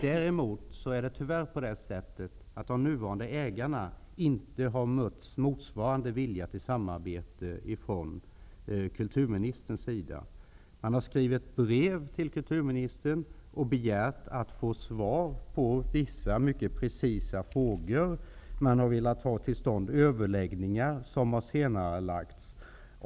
Däremot har tyvärr inte de nuvarande ägarna mötts med motsvarande vilja till samarbete från kulturministerns sida. Man har skrivit brev till kulturministern och begärt att få svar på vissa mycket precisa frågor. Man har velat få till stånd överläggningar, som dock senarelagts.